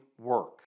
work